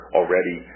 already